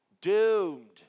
Doomed